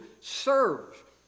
serve